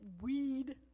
weed